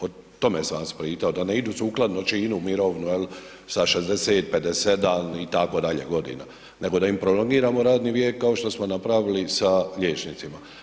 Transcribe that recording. O tome sam vas pitao, da ne idu sukladno činu u mirovinu sa 60, 57 itd. godina, nego da im prolongiramo radni vijek kao što smo napravili sa liječnicima.